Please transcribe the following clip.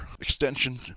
extension